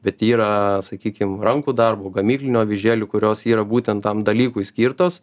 bet yra sakykim rankų darbo gamyklinių avižėlių kurios yra būtent tam dalykui skirtos